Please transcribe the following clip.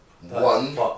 one